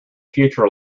future